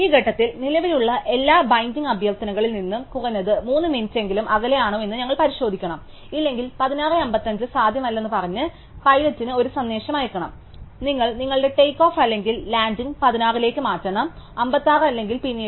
ഈ ഘട്ടത്തിൽ നിലവിലുള്ള എല്ലാ ബെൻഡിംഗ് അഭ്യർത്ഥനകളിൽ നിന്നും കുറഞ്ഞത് 3 മിനിറ്റെങ്കിലും അകലെയാണോ എന്ന് ഞങ്ങൾ പരിശോധിക്കണം ഇല്ലെങ്കിൽ 1655 സാധ്യമല്ലെന്ന് പറഞ്ഞ് പൈലറ്റിന് ഒരു സന്ദേശം അയയ്ക്കണം നിങ്ങൾ നിങ്ങളുടെ ടേക്ക് ഓഫ് അല്ലെങ്കിൽ ലാൻഡിംഗ് 16 ലേക്ക് മാറ്റണം 56 അല്ലെങ്കിൽ പിന്നീട്